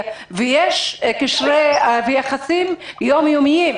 יש יחסים יום-יומיים.